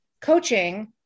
coaching